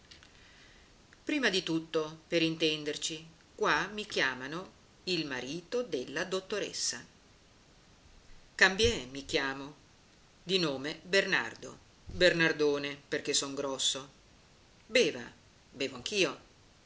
prima di tutto per intenderci qua mi chiamano il marito della dottoressa cambiè mi chiamo di nome bernardo bernardone perché sono grosso beva bevo anch'io